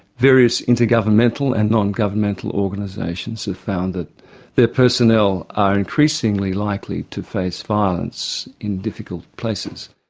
various intergovernmental and non-governmental organisations have found that their personnel are increasingly likely to face violence in difficult places.